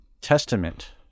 testament